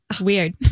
Weird